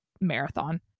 marathon